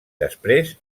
després